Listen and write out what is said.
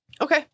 Okay